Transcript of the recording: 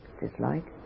dislike